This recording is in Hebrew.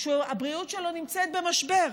כשהבריאות שלו נמצאת במשבר,